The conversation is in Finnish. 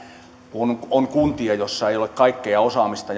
kun on kuntia joissa ei ole kaikkea osaamista